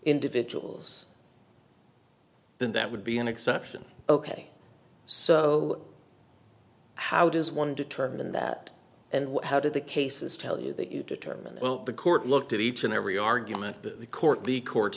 individuals then that would be an exception ok so how does one determine that and how did the cases tell you that you determined well the court looked at each and every argument the court the court